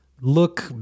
look